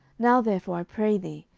now therefore, i pray thee,